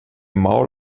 maul